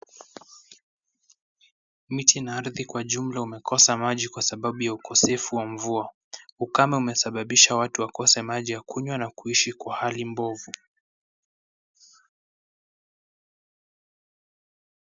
Miti na ardhi kwa jumla umekosa maji kwa sababu ya ukosefu wa mvua, ukame umesababisha watu wakose maji ya kunywa na kuishi kwa hali mbovu.